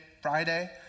Friday